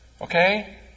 Okay